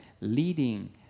leading